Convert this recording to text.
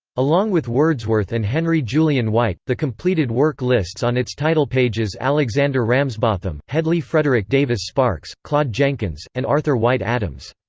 along with wordsworth and henry julian white, the completed work lists on its title pages alexander ramsbotham, hedley frederick davis sparks, claude jenkins, and arthur white adams.